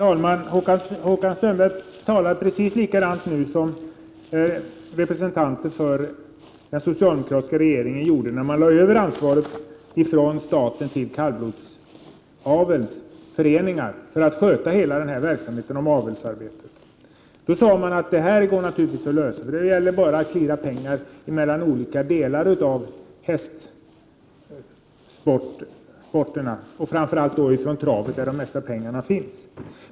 Herr talman! Håkan Strömberg talar nu likadant som representanter för den socialdemokratiska regeringen gjorde när man förde över ansvaret från staten till kallblodsavelsföreningar för att sköta hela avelsarbetet. Då sade man att det naturligvis går att lösa — det gäller bara att cleara mellan olika delar av hästsporten, framför allt från travet, där de mesta pengarna finns.